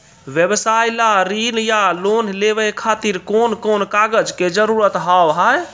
व्यवसाय ला ऋण या लोन लेवे खातिर कौन कौन कागज के जरूरत हाव हाय?